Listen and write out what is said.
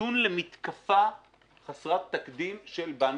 נתון למתקפה חסרת תקדים של בנקים.